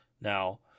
Now